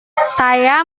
saya